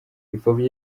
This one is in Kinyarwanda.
ipfobya